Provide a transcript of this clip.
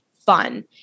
fun